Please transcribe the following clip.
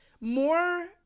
more